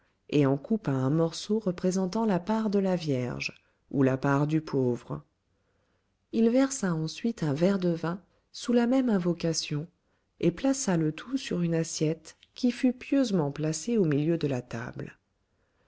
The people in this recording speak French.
et en coupa un morceau représentant la part de la vierge ou la part du pauvre il versa ensuite un verre de vin sous la même invocation et plaça le tout sur une assiette qui fut pieusement placée au milieu de la table